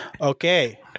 Okay